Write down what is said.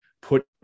put